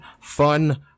Fun